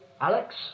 Alex